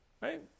right